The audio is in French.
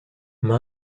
m’a